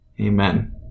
Amen